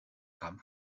come